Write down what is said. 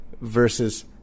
versus